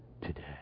today